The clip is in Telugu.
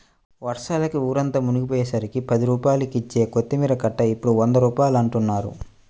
వర్షాలకి ఊరంతా మునిగిపొయ్యేసరికి పది రూపాయలకిచ్చే కొత్తిమీర కట్ట ఇప్పుడు వంద రూపాయలంటన్నారు